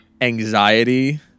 anxiety